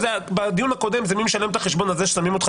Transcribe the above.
בדיון הקודם זה מי משלם את החשבון הזה ששמים אותך